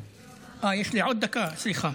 אה, יש לי עוד דקה, סליחה.